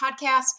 podcast